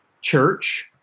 church